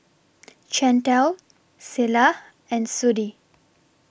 Chantel Selah and Sudie